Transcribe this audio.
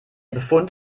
befund